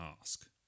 ask